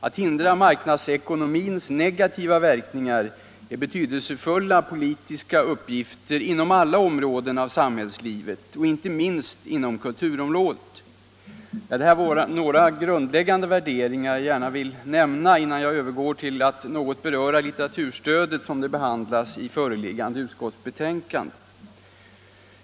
Att hindra marknadsekonomins negativa verkningar är betydelsefulla politiska uppgifter inom alla områden av samhällslivet och inte minst inom kulturområdet. Detta var några grundläggande värderingar som jag gärna vill nämna innan jag övergår till att något beröra litteraturstödet, som det behandlas i föreliggande utskottsbetänkande.